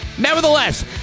Nevertheless